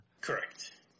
Correct